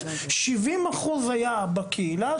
70% היה בקהילה,